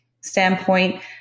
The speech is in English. standpoint